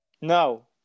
No